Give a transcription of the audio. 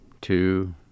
Two